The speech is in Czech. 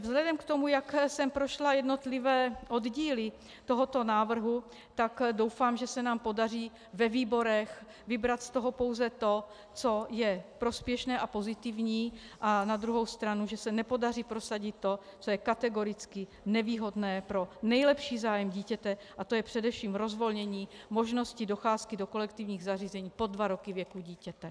Vzhledem k tomu, jak jsem prošla jednotlivé oddíly tohoto návrhu, doufám, že se nám podaří ve výborech vybrat z toho pouze to, co je prospěšné a pozitivní, a na druhou stranu, že se nepodaří prosadit to, co je kategoricky nevýhodné pro nejlepší zájem dítěte, a to je především rozvolnění možnosti docházky do kolektivních zařízení pod dva roky věku dítěte.